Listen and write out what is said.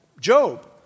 Job